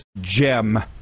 gem